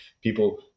people